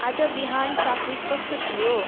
आज बिहान ट्राफिक कस्तो थियो